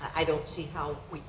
i don't see how we